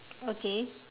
okay